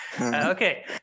Okay